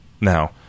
Now